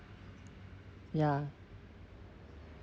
ya